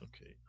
okay